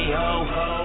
ho-ho